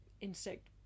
insect